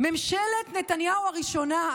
ממשלת נתניהו הראשונה,